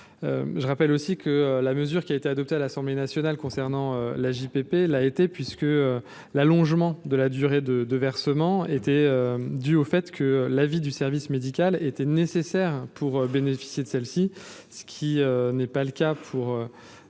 Par ailleurs, la mesure qui a été adoptée à l’Assemblée nationale concernant l’AJPP l’a été puisque l’allongement de la durée de versement était dû au fait que l’avis du service médical était nécessaire pour bénéficier de celle ci, ce qui n’est pas le cas pour